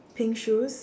pink shoes